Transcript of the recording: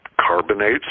carbonates